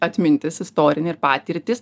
atmintis istorinė ir patirtys